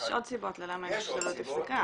יש עוד סיבות ללמה ההשתוללות נפסקה.